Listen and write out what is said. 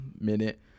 minute